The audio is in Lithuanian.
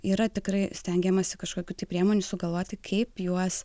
yra tikrai stengiamasi kažkokių tai priemonių sugalvoti kaip juos